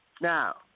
Now